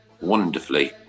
wonderfully